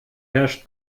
herrscht